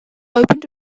opened